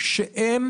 שהן